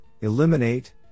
Eliminate